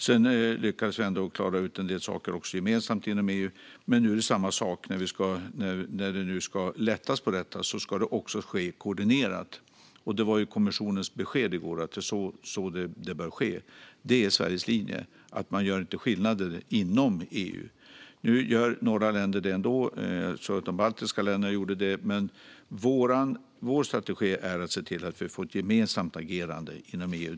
Sedan lyckades vi ändå att klara ut en del saker gemensamt inom EU, men nu är det samma sak. När det nu ska lättas på detta ska det ske koordinerat. Det var kommissionens besked i går att det är så det bör ske. Det är Sveriges linje. Man gör inte skillnader inom EU. Nu gör några länder det ändå. De baltiska länderna gjorde det. Vår strategi är att se till att vi får ett gemensamt agerande inom EU.